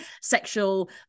sexual